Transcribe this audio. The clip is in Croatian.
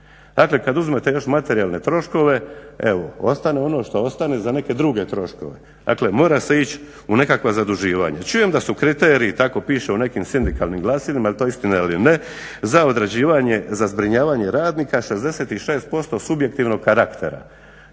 Dakle kad uzmete još materijalne troškove ostane ono što ostane za neke druge troškove, dakle mora se ići u nekakva zaduživanja. Čujem da su kriteriji, tako piše u nekim sindikalnim glasilima, jel to istina ili ne, za određivanje, za zbrinjavanje radnika 66% subjektivnog karaktera.